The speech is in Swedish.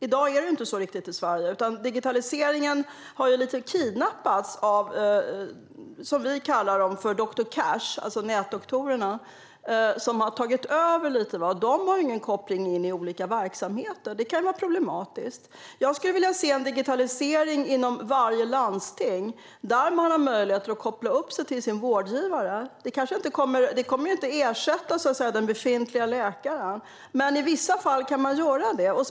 I dag är det inte riktigt så i Sverige, utan digitaliseringen har lite kidnappats av doktor Cash, som vi kallar dem, alltså nätdoktorerna. De har tagit över lite. De har ingen koppling in i olika verksamheter. Det kan vara problematiskt. Jag skulle vilja se en digitalisering inom varje landsting, där man har möjligheter att koppla upp sig till sin vårdgivare. Det kommer inte att ersätta, så att säga, den befintliga läkaren. Men i vissa fall kan man göra detta.